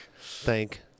Thank